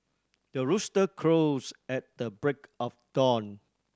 the rooster crows at the break of dawn